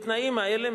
בתנאים האלה,